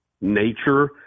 nature